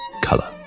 color